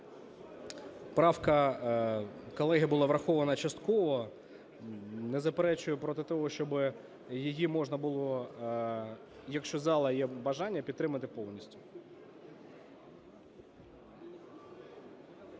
Правка колеги була врахована частково. Не заперечую проти того, щоб її можна було, якщо в залу є бажання, підтримати повністю.